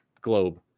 globe